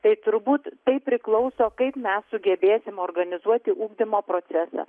tai turbūt tai priklauso kaip mes sugebėsim organizuoti ugdymo procesą